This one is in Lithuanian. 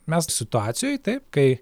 mes situacijoj taip kai